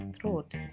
throat